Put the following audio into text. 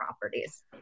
properties